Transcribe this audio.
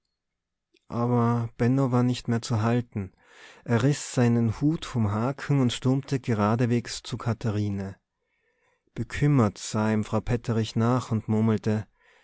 aber benno war nicht mehr zu halten er riß seinen hut vom haken und stürmte geradewegs zu katharine bekümmert sah ihm frau petterich nach und murmelte